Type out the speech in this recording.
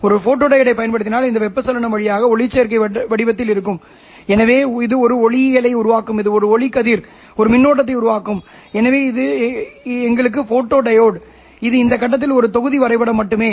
ஒரு ஃபோட்டோடியோடைப் பயன்படுத்தினால் இந்த வெப்பச்சலனம் வழக்கமாக ஒளிச்சேர்க்கை வடிவத்தில் இருக்கும் எனவே இது ஒரு ஒளியியலை உருவாக்கும் இது ஒரு ஒளிக்கதிர் ஒரு மின்னோட்டத்தை உருவாக்கும் எனவே இது எங்களுக்கு போட்டோடியோட் இது இந்த கட்டத்தில் ஒரு தொகுதி வரைபடம் மட்டுமே